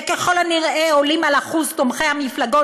שככל הנראה עולים על אחוז תומכי המפלגות